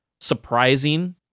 surprising